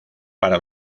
para